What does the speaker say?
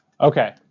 Okay